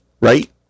Right